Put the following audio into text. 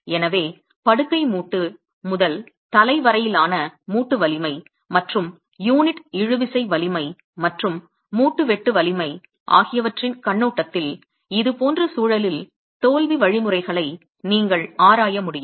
எனவே படுக்கை மூட்டு முதல் தலை வரையிலான மூட்டு வலிமை மற்றும் யூனிட் இழுவிசை வலிமை மற்றும் மூட்டு வெட்டு வலிமை ஆகியவற்றின் கண்ணோட்டத்தில் இதுபோன்ற சூழலில் தோல்வி வழிமுறைகளை நீங்கள் ஆராய முடியும்